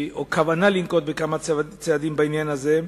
או כוונה לנקוט כמה צעדים בעניין הזה,